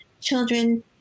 children